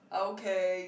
okay